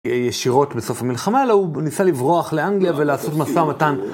ישירות בסוף המלחמה, אלא הוא ניסה לברוח לאנגליה ולעשות משא ומתן.